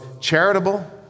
charitable